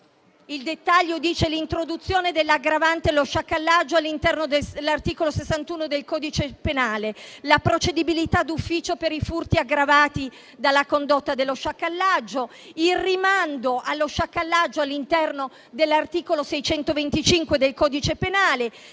nel dettaglio, si prevede l'introduzione dell'aggravante per lo sciacallaggio all'interno dell'articolo 61 del codice penale, la procedibilità d'ufficio per i furti aggravati dalla condotta dello sciacallaggio, il rimando allo sciacallaggio all'interno dell'articolo 625 del codice penale